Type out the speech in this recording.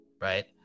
right